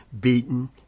beaten